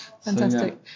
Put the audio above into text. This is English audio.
fantastic